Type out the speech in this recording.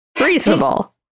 reasonable